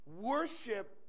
Worship